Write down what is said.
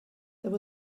there